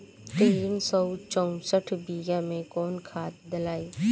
तीन सउ चउसठ बिया मे कौन खाद दलाई?